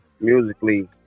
musically